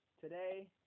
today